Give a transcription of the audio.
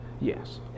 Yes